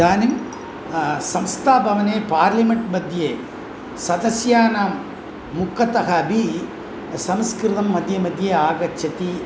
इदानीं संस्थाभवने पार्लिमेन्ट् मध्ये सदस्यानां मुखतः अपि संस्कृतं मध्ये मध्ये आगच्छति